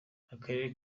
akarere